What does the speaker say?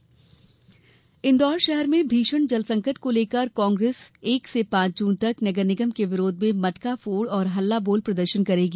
इन्दौर जल संकट इंदौर शहर में भीषण जल संकट को लेकर कांग्रेस एक से पांच जून तक नगर निगम के विरोध में मटका फोड़ और हल्ला बोल प्रदर्शन करेगी